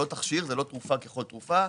לא תרופה ככל תרופה.